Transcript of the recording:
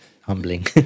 humbling